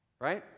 right